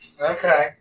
okay